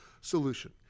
solution